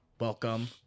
Welcome